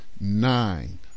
nine